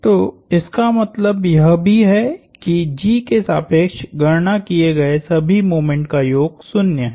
तो इसका मतलब यह भी है कि G के सापेक्ष गणना किए गए सभी मोमेंट का योग 0 है